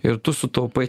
ir tu sutaupai